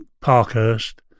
Parkhurst